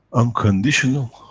unconditional